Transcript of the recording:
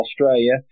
Australia